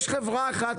יש חברה אחת,